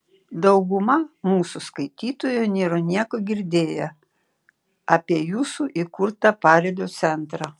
dauguma mūsų skaitytojų nėra nieko girdėję apie jūsų įkurtą paribio centrą